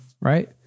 Right